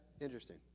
interesting